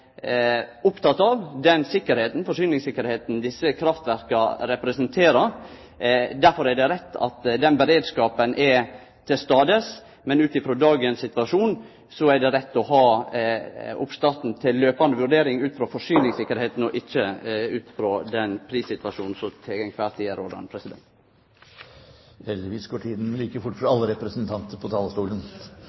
det rett at beredskapen er til stades, men ut ifrå dagens situasjon er det rett å ha oppstarten til jamleg vurdering ut frå forsyningstryggleiken og ikkje ut frå den prissituasjonen som til kvar tid er rådande. Heldigvis går tiden like fort for alle representanter på talerstolen.